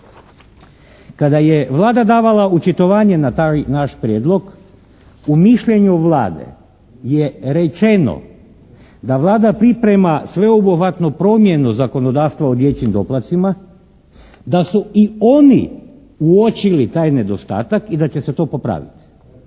Kada je Vlada davala očitovanje na taj naš prijedlog u mišljenju Vlade je rečeno da Vlada priprema sveobuhvatnu promjenu zakonodavstva o dječjim doplatcima, da su i oni uočili taj nedostatak i da će se to popraviti,